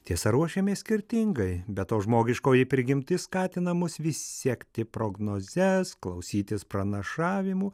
tiesa ruošiamės skirtingai be to žmogiškoji prigimtis skatina mus vis sekti prognozes klausytis pranašavimų